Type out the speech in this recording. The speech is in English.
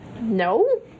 no